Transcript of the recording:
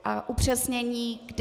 A upřesnění, kdy?